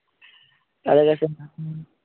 তাদের কাছে